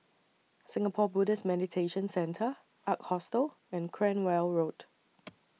Singapore Buddhist Meditation Centre Ark Hostel and Cranwell Road